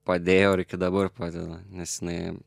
padėjo ir iki dabar padeda nes jinai